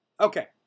Okay